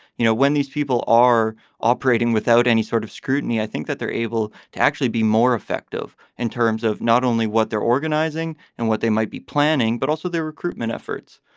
you know, when these people are operating without any sort of scrutiny, i think that they're able to actually be more effective in terms of not only what they're organizing and what they might be planning, but also their recruitment efforts.